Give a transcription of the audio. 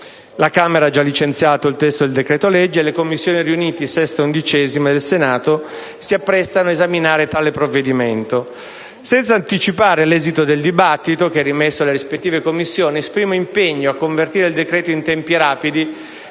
La Camera ha già licenziato il testo del decreto-legge e le Commissioni riunite 6a e 11a del Senato si apprestano ad esaminare tale provvedimento: senza anticipare l'esito del dibattito - che è rimesso alle rispettive Commissioni - esprimo l'impegno a convertire il decreto in tempi rapidi